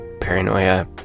paranoia